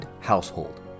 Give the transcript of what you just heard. household